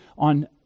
on